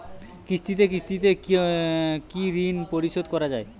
কিস্তিতে কিস্তিতে কি ঋণ পরিশোধ করা য়ায়?